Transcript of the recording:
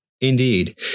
Indeed